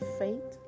faith